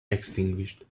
extinguished